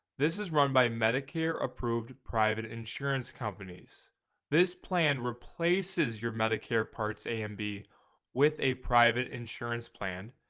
this is run by medicare approved private insurance companies this plan replaces your medicare parts a and b with a private insurance plan,